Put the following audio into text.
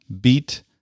beat